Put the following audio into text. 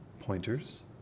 Pointers